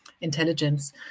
intelligence